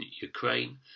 Ukraine